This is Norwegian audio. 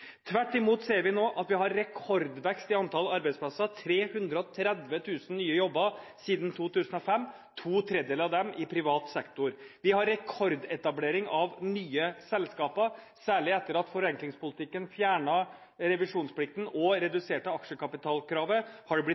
Tvert imot ser vi nå at vi har rekordvekst i antall arbeidsplasser – 330 000 nye jobber siden 2005, to tredjedeler av dem i privat sektor. Vi har rekordetablering av nye selskaper. Særlig etter at forenklingspolitikken fjernet revisjonsplikten og reduserte aksjekapitalkravet har det